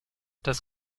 das